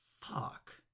Fuck